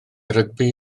rygbi